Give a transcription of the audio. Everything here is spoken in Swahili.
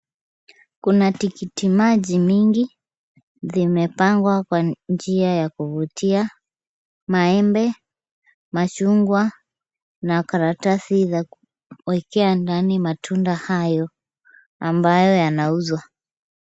Kuna tikiti maji nyingi, zimepangwa kwa njia ya kuvutia, maembe, machungwa na karatasi za kuwekea ndani matunda hayo, ambayo yanauzwa.